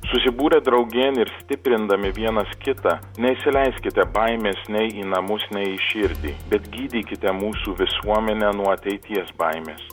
susibūrę draugėn ir stiprindami vienas kitą neįsileiskite baimės nei į namus nei į širdį bet gydykite mūsų visuomenę nuo ateities baimės